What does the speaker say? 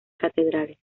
catedrales